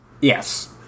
Yes